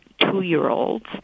two-year-olds